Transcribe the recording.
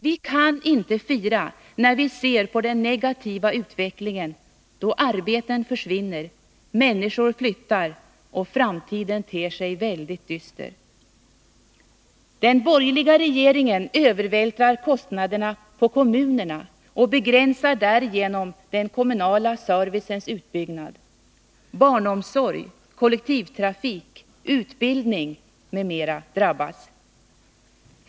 Vi kan inte fira när vi ser på den negativa utvecklingen då arbeten försvinner, människor flyttar och framtiden ter sig väldigt dyster.” Den borgerliga regeringen övervältrar kostnaderna på kommunerna och begränsar därigenom den kommunala servicens utbyggnad. Barnomsorg, kollektivtrafik, utbildning m.m. drabbas.